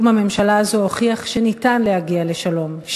הממשלה הזו הוכיח שאפשר להגיע לשלום,